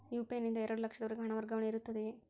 UPI ನಿಂದ ಎರಡು ಲಕ್ಷದವರೆಗೂ ಹಣ ವರ್ಗಾವಣೆ ಇರುತ್ತದೆಯೇ?